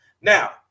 now